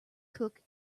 cook